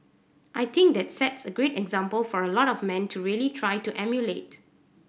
I think that sets a great example for a lot of men to really try to emulate